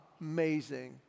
amazing